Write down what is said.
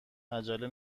عجله